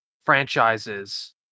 franchises